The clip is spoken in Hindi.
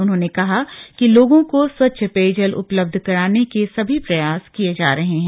उन्होंने कहा कि लोगों को स्वच्छ पेयजल उपलब्ध कराने के सभी प्रयास किये जा रहे हैं